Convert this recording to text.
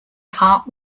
heart